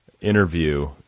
interview